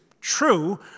true